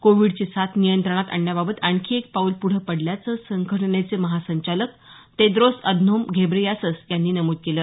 कोविडची साथ नियंत्रणात आणण्याबाबत आणखी एक पाऊल प्रढं पडल्याचं संघटनेचे महासंचालक तेद्रोस अधनोम घेब्रेयेसस यांनी नमूद केलं